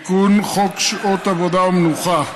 סעיף 11 לחוק שעות עבודה ומנוחה,